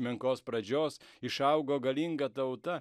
menkos pradžios išaugo galinga tauta